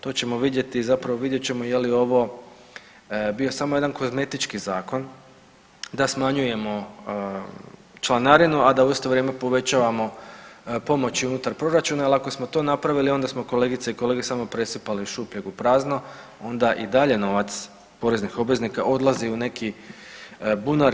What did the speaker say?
To ćemo vidjeti, zapravo vidjet ćemo je li ovo bio samo jedan kozmetički zakon da smanjujemo članarinu, a da u isto vrijeme povećavamo pomoć i unutar proračuna jel ako smo to napravili onda smo kolegice i kolege samo presipali iz šupljeg u prazno, onda i dalje novac poreznih obveznika odlazi u neki bunar.